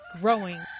growing